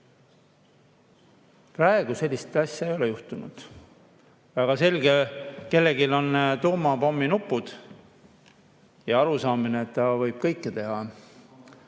Praegu sellist asja ei ole juhtunud. Väga selge: kellelgi on tuumapomminupud ja arusaamine, et ta võib kõike teha.